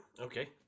okay